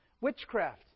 Witchcraft